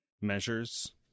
measures